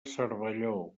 cervelló